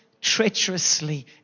treacherously